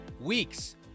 weeks